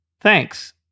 Thanks